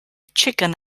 chicken